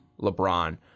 LeBron